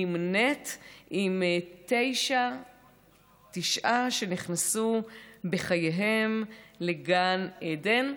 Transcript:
באמת נמנית עם תשעה שנכנסו בחייהם לגן עדן.